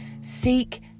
Seek